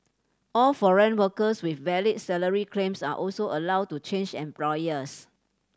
all foreign workers with valid salary claims are also allowed to change employers